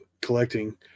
collecting